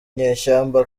nyeshyamba